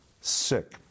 sick